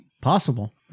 Possible